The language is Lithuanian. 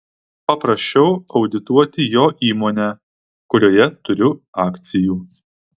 paprašiau audituoti jo įmonę kurioje turiu akcijų